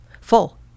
full